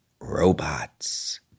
robots